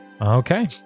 Okay